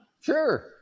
Sure